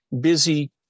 busy